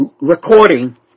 recording